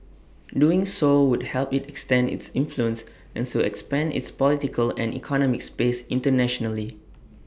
doing so would help IT extend its influence and so expand its political and economic space internationally